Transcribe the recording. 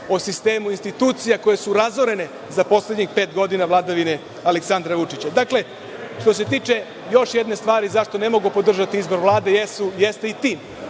o sistemu institucija koje su razorene za poslednjih pet godina vladavine Aleksandra Vučića. Što se tiče još jedne stvari zašto ne mogu podržati izbor Vlade, jeste i tim.